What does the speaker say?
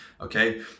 okay